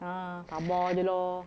ah tabah jer lah